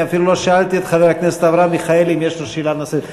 אני אפילו לא שאלתי את חבר הכנסת אברהם מיכאלי אם יש לו שאלה נוספת.